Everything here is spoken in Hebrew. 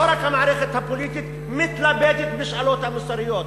לא רק המערכת הפוליטית מתלבטת בשאלות המוסריות,